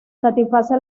satisface